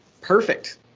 Perfect